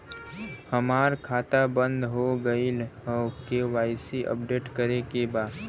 हमार खाता बंद हो गईल ह के.वाइ.सी अपडेट करे के बा?